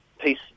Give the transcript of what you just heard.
peace